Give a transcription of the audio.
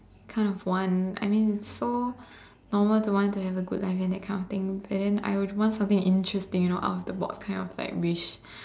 kind of want I mean so normal to want to have a good life and that kind of things and then I would want some interesting you know out of the box kind of like wish